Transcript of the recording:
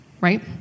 right